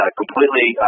completely